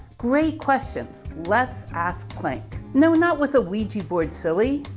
great questions. let's ask planck. no, not with a ouija board, silly.